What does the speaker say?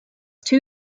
two